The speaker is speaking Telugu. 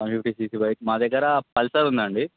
వన్ ఫిఫ్టీ సీసీ బైక్ మా దగ్గర పల్సర్ ఉందండి